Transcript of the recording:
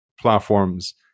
platforms